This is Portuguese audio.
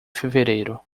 fevereiro